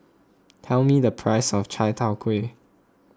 tell me the price of Chai Tow Kuay